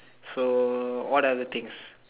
so what other things